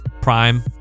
Prime